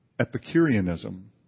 Epicureanism